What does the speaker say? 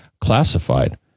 classified